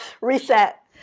Reset